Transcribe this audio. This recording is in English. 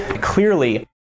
Clearly